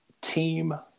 team